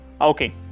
okay